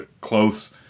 close